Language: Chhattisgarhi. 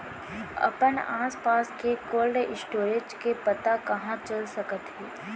अपन आसपास के कोल्ड स्टोरेज के पता कहाँ चल सकत हे?